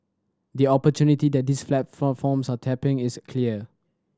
the opportunity that these are tapping is clear